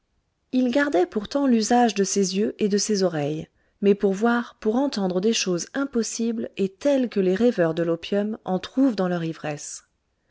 il gardait pourtant l'usage de ses yeux et de ses oreilles mais pour voir pour entendre des choses impossibles et celles que les rêveurs de l'opium en trouvent dans leur ivresse